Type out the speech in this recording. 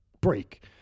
break